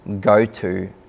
go-to